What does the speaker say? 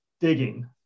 digging